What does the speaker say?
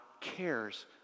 cares